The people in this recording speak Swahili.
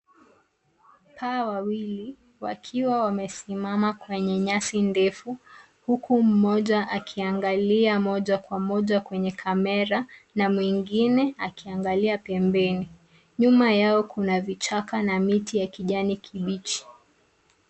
Paa wawili wakiwa wamesimama kwenye nyasi ndefu, huku mmoja akiangalia moja kwa moja kwenye kamera, na mwingine akiangalia pembeni. Nyuma yao Kuna vichaka na miti ya kijani kibichi.